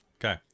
okay